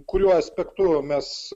kuriuo aspektu mes